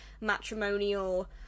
matrimonial